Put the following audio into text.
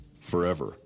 forever